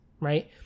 right